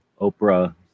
Oprah